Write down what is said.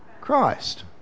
Christ